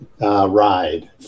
ride